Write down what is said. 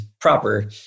proper